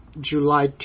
July